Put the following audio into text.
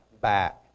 back